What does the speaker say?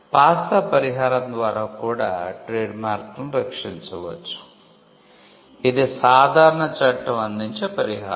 'pass off పరిహారం' ద్వారా కూడా ట్రేడ్మార్క్లను రక్షించవచ్చు ఇది సాధారణ చట్టం అందించే పరిహారం